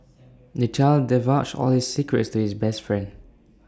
the child divulged all his secrets to his best friend